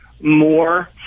more